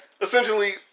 essentially